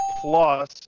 plus